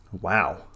Wow